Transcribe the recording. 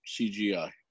CGI